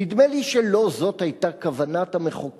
נדמה לי שזאת לא היתה כוונת המחוקק.